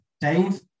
Dave